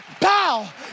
bow